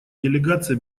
делегация